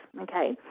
okay